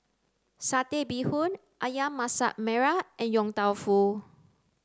satay bee hoon ayam masak merah and yong tau foo